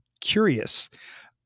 curious